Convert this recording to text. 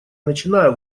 начиная